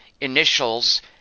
initials